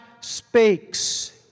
speaks